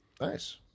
nice